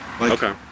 Okay